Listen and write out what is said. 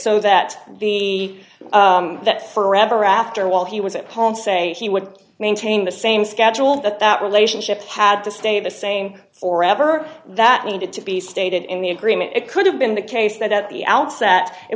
so that the that forever after while he was a ponce he would maintain the same schedule that that relationship had to stay the same for ever that needed to be stated in the agreement it could have been the case that at the outset it